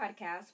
podcast